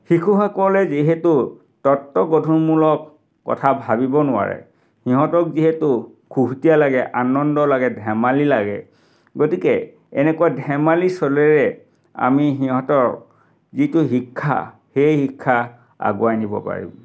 শিশুসকলে যিহেতু তত্ত্বগধুৰমূলক কথা ভাবিব নোৱাৰে সিহঁতক যিহেতু খুহুটীয়া লাগে আনন্দ লাগে ধেমালি লাগে গতিকে এনেকুৱা ধেমালিৰ চলেৰে আমি সিহঁতক যিটো শিক্ষা সেই শিক্ষা আগুৱাই নিব পাৰিম